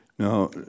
Now